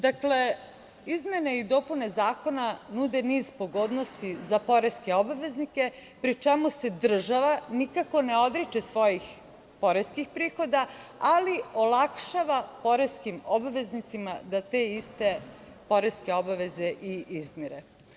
Dakle, izmene i dopune zakona nude niz pogodnosti za poreske obveznike, pri čemu se država nikako ne odriče svojih poreskih prihoda, ali olakšava poreskim obveznicima da te iste poreske obaveze i izmire.